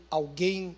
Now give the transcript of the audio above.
alguém